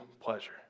pleasure